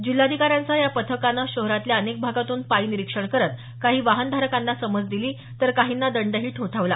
जिल्हाधिकाऱ्यांसह या पथकानं शहरातल्या अनेक भागातून पायी निरीक्षण करत काही वाहनधारकांना समज दिली तर काहींना दंडही ठोठावला